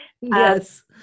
Yes